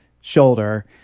shoulder